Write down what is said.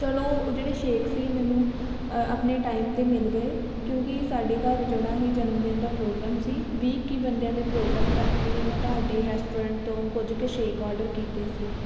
ਚਲੋ ਅ ਜਿਹੜੇ ਸ਼ੇਕ ਸੀ ਮੈਨੂੰ ਆਪਣੇ ਟਾਈਮ 'ਤੇ ਮਿਲ ਗਏ ਕਿਉਂਕਿ ਸਾਡੇ ਘਰ ਜਿਹੜਾ ਸੀ ਜਨਮ ਦਿਨ ਦਾ ਪ੍ਰੋਗਰਾਮ ਸੀ ਵੀਹ ਇੱਕੀ ਬੰਦਿਆਂ ਦੇ ਪ੍ਰੋਗਰਾਮ ਕਰਕੇ ਮੈਂ ਤੁਹਾਡੇ ਰੈਸਟੋਰੈਂਟ ਤੋਂ ਕੁਝ ਕੁ ਸ਼ੇਕ ਔਡਰ ਕੀਤੇ ਸੀ